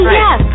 yes